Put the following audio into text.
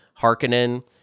Harkonnen